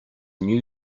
new